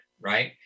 Right